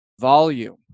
volume